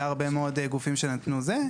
היה הרבה מאוד גופים שנתנו זה.